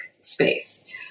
space